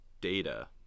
data